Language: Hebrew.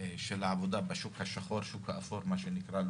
של העבודה בשוק השחור, שוק האפור, מה שנקרא,